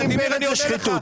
זו שחיתות.